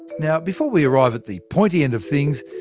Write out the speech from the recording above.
now before we arrive at the pointy end of things,